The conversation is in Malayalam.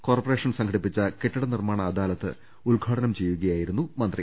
കോർപ്പറേഷൻ സംഘടി പ്പിച്ച കെട്ടിട നിർമ്മാണ അദാലത്ത് ഉദ്ഘാടനം ചെയ്യുകയായിരുന്നു മന്ത്രി